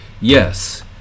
Yes